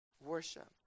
Worship